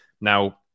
Now